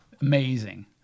Amazing